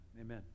Amen